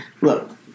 look